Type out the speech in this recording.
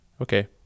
okay